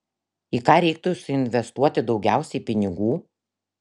į ką reiktų suinvestuoti daugiausiai pinigų